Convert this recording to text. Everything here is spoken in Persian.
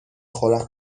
خورم